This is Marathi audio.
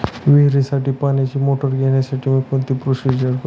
विहिरीसाठी पाण्याची मोटर घेण्यासाठी मी कोणती प्रोसिजर करु?